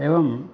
एवं